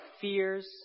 fears